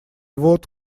вот